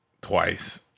twice